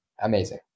amazing